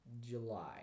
July